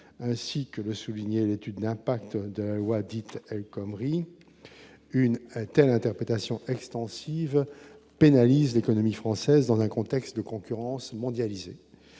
ainsi que le soulignait l'étude d'impact de la loi dite El-Khomri une telle interprétation extensive pénalise l'économie française dans un contexte de concurrence mondialisée,